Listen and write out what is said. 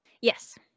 Yes